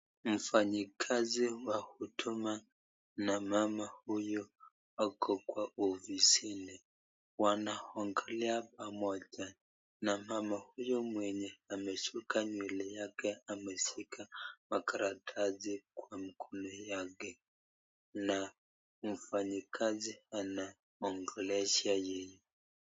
Mfanyakazi w huduma na mama huyu wako kwa ofisini wanaongelea pamoja na mama huyo mwenye ameshuka nywele yake ambaye ameshika makaratasi kwa mkono yake na mfanyakazi anaongelesha yeye.